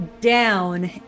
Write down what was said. down